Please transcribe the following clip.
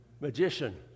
Magician